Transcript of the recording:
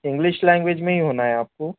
English language میں ہی ہونا ہے آپ کو